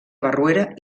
barruera